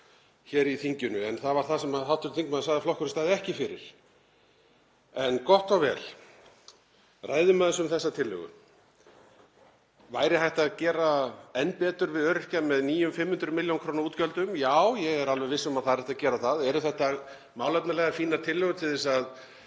hér í þinginu. En það var það sem hv. þingmaður sagði að flokkurinn stæði ekki fyrir. En gott og vel, ræðum aðeins um þessa tillögu. Væri hægt að gera enn betur við öryrkja með nýjum 500 millj. kr. útgjöldum? Já, ég er alveg viss um að það er hægt að gera það. Eru þetta málefnalegar, fínar tillögur til að